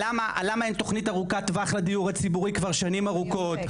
על למה אין תוכנית ארוכת טווח לדיור הציבורי כבר שנים ארוכות?